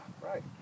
right